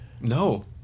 No